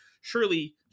Surely